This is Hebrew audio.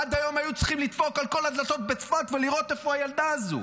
עד היום היו צריכים לדפוק על כל הדלתות בצפון ולראות איפה הילדה הזו.